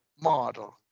model